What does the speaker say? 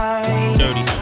Dirty